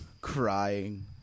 Crying